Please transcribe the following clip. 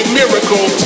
miracle